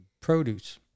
produce